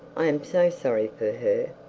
i am so sorry for her.